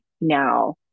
now